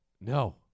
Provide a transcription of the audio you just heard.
No